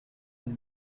une